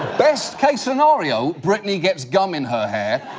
best-case scenario brittany gets gum in her hair.